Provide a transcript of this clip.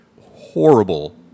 horrible